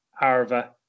Arva